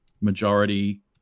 majority